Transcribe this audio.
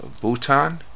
Bhutan